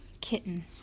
Kitten